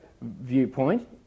viewpoint